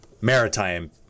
maritime